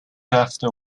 after